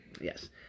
Yes